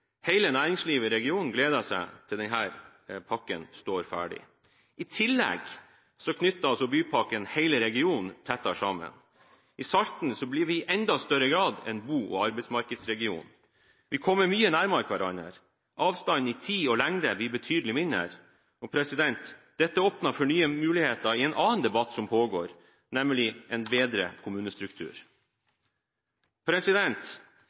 næringslivet i regionen gleder seg til denne pakken står ferdig. I tillegg knytter Bypakke Bodø hele regionen tettere sammen. I Salten blir vi i enda større grad en bo- og arbeidsmarkedsregion. Vi kommer mye nærmere hverandre. Avstander i tid og lengde blir betydelig mindre. Dette åpner for nye muligheter i en annen debatt som pågår, nemlig debatten om en bedre